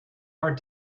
hard